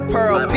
Pearl